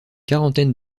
quarantaine